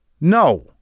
no